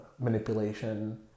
manipulation